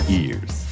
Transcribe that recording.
ears